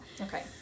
Okay